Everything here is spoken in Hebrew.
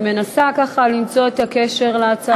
אני מנסה למצוא את הקשר להצעת החוק שמונחת.